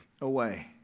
away